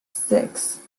six